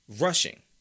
rushing